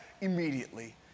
immediately